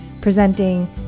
presenting